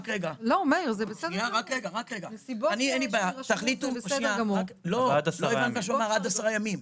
לא הבנת מה שהוא אמר "עד עשרה ימים".